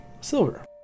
silver